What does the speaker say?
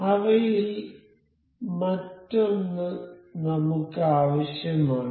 അവയിൽ മറ്റൊന്ന് നമുക്ക് ആവശ്യമാണ്